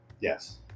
yes